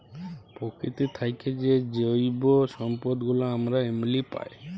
পকিতি থ্যাইকে যে জৈব সম্পদ গুলা আমরা এমলি পায়